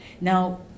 Now